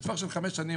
בטווח של חמש שנים,